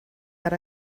but